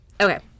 Okay